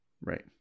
Right